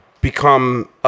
become